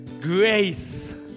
grace